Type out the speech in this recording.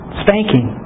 spanking